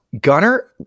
Gunner